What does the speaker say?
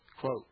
Quote